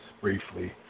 briefly